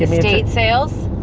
estate sales,